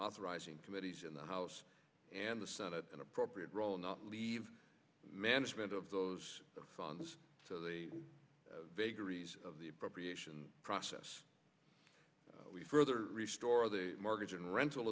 authorizing committees in the house and the senate an appropriate role not leave management of those funds so the vagaries of the appropriations process we further restore the mortgage and rental